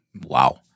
Wow